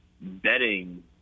betting